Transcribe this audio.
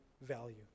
value